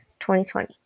2020